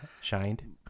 Shined